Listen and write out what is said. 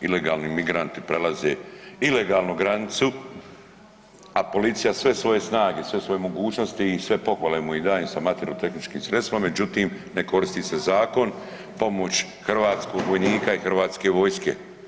ilegalni migranti prelaze ilegalno granicu, a policija sve svoje snage, sve svoje mogućnosti sve pohvale mu i dajem sa materijalno-tehničkim sredstvom međutim ne koristi se zakon, pomoć hrvatskog vojnika i Hrvatske vojske.